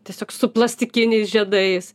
tiesiog su plastikiniais žiedais